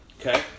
Okay